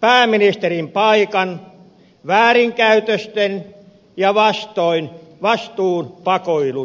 pääministerin paikan väärinkäytösten ja vastuun pakoilun takia